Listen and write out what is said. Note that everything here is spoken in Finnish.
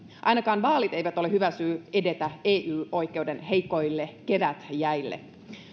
ainakaan vaalit eivät ole hyvä syy edetä ey oikeuden heikoille kevätjäille